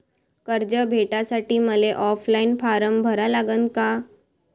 कर्ज भेटासाठी मले ऑफलाईन फारम भरा लागन का?